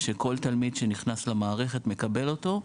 שכל תלמיד שנכנס למערכת מקבל אותו,